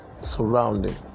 surrounding